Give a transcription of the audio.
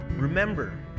Remember